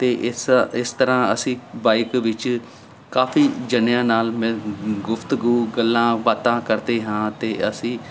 ਅਤੇ ਇਸ ਇਸ ਤਰ੍ਹਾਂ ਅਸੀਂ ਬਾਈਕ ਵਿੱਚ ਕਾਫੀ ਜਣਿਆਂ ਨਾਲ ਮਿਲ ਗੁਫਤਗੂ ਗੱਲਾਂ ਬਾਤਾਂ ਕਰਦੇ ਹਾਂ ਅਤੇ ਅਸੀਂ